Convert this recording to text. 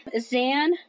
Zan